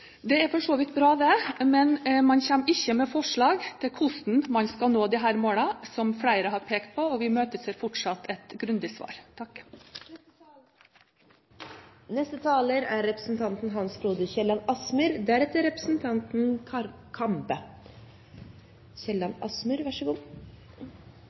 Det er for så vidt bra, men man kommer ikke med forslag til hvordan man skal nå disse målene, som flere har pekt på, og vi imøteser fortsatt et grundig svar.